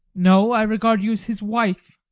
no, i regard you as his wife.